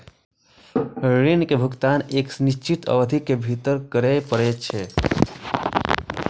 ऋण के भुगतान एक निश्चित अवधि के भीतर करय पड़ै छै